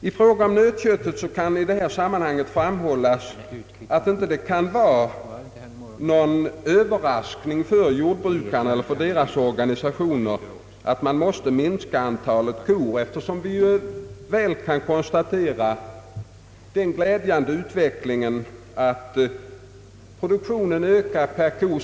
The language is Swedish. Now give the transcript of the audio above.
I fråga om nötköttet kan det i detta sammanhang framhållas att det inte kan vara någon överraskning för jordbrukarna och deras organisationer att antalet kor måste minskas, eftersom vi ju kan konstatera den glädjande utveck lingen att mjölkproduktionen per ko ökar.